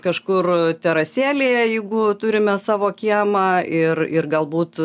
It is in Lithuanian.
kažkur terasėlėje jeigu turime savo kiemą ir ir galbūt